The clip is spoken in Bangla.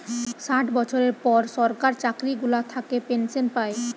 ষাট বছরের পর সরকার চাকরি গুলা থাকে পেনসন পায়